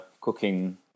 cooking